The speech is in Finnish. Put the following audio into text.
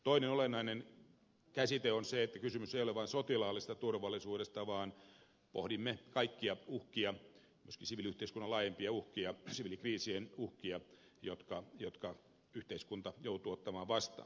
toinen olennainen käsite on se että kysymys ei ole vain sotilaallisesta turvallisuudesta vaan pohdimme kaikkia uhkia myöskin siviiliyhteiskunnan laajempia uhkia siviilikriisien uhkia jotka yhteiskunta joutuu ottamaan vastaan